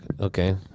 Okay